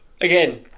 Again